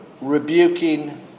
rebuking